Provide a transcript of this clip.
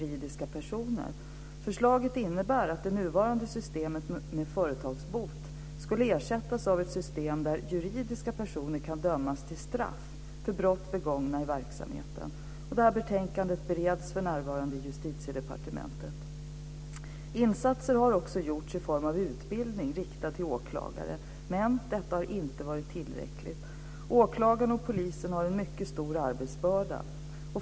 Insatser har gjorts i form av utbildning riktad till åklagare, men detta har inte varit tillräckligt. Åklagarna och polisen har en mycket stor arbetsbörda.